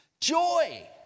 joy